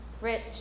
rich